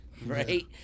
Right